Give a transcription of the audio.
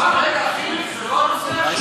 רגע, חיליק, זה לא הנושא עכשיו.